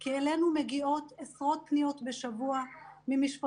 כי אלינו מגיעות עשרות פניות בשבוע ממשפחות,